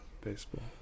Baseball